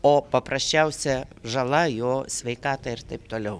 o paprasčiausia žala jo sveikatai ir taip toliau